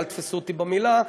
אל תתפסו אותי במילה,